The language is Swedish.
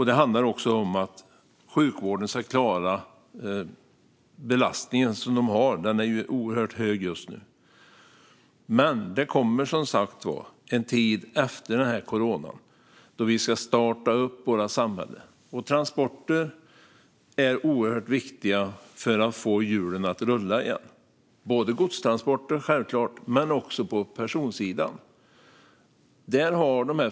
Det handlar också om att sjukvården ska klara den belastning som just nu är oerhört hög. Men det kommer som sagt en tid efter coronan då vi ska starta upp våra samhällen. Transporter är oerhört viktiga för att få hjulen att rulla igen. Det gäller självklart godstransporter men också på personsidan.